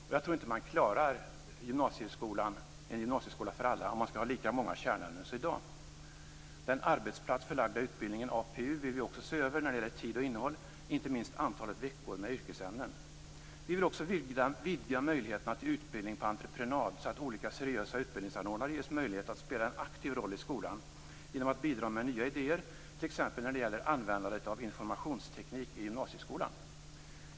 Och jag tror inte att man klarar en gymnasieskola för alla om man skall ha lika många kärnämnen som i dag. Den arbetsplatsförlagda utbildningen, APU, vill vi också se över när det gäller tid och innehåll, inte minst när det gäller antalet veckor med yrkesämnen. Vi vill också vidga möjligheterna till utbildning på entreprenad, så att olika seriösa utbildningsanordnare ges möjlighet att spela en aktiv roll i skolan genom att bidra med nya idéer, t.ex. när det gäller användandet av informationsteknik i gymnasieskolan.